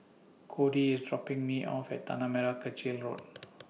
Codey IS dropping Me off At Tanah Merah Kechil Road